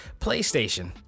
playstation